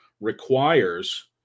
requires